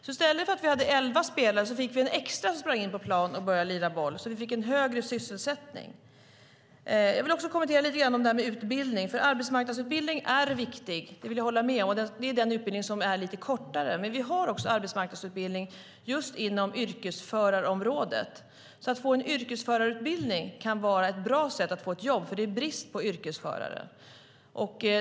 I stället för elva spelare sprang en extra in på plan och började lira boll. Det blev en högre sysselsättning. Jag vill också kommentera frågan om utbildning. Jag håller med om att arbetsmarknadsutbildning är viktig. Det är den utbildning som är lite kortare. Men det finns också arbetsmarknadsutbildning inom yrkesförarområdet. Att få en yrkesförarutbildning kan vara ett bra sätt att få jobb eftersom det råder brist på yrkesförare.